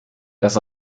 das